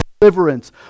deliverance